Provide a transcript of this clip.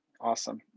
Awesome